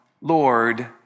Lord